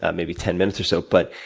ah maybe ten minutes or so. but,